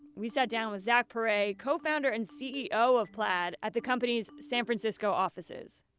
we sat down with zach perret, a co-founder and ceo of plaid at the company's san francisco offices.